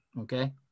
okay